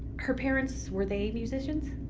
her parents, were they musicians?